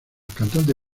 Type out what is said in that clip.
cantante